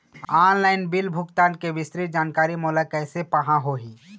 Online bill भुगतान के विस्तृत जानकारी मोला कैसे पाहां होही?